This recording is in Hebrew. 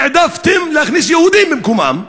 העדפתם להכניס יהודים במקומם,